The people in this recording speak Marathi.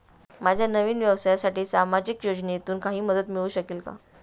माझ्या नवीन व्यवसायासाठी सामाजिक योजनेतून काही मदत मिळू शकेल का?